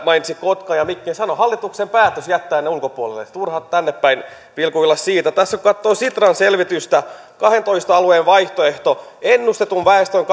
mainitsi kotkan ja mikkelin sehän on hallituksen päätös jättää ne ulkopuolelle turha tänne päin vilkuilla siitä tässä kun katsoo sitran selvitystä kahteentoista alueen vaihtoehdosta ennustetun väestön